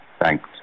Thanks